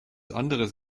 anderes